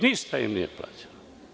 Ništa im nije plaćeno.